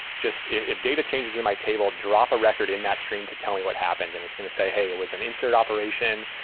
if data changes in my table, drop a record in that stream to tell me what happens, and it's going to say, hey, it was an insert operation,